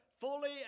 fully